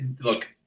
look